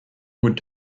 would